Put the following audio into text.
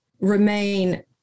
remain